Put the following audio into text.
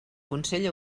consell